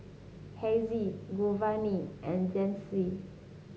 Hezzie Giovanni and Jensen